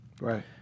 Right